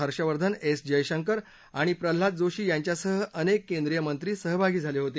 Harshvardhan S Jaishankar आणि प्रल्हाद जोशी यांच्यासह अनेक केंद्रीय मंत्री सहभागी झाले होते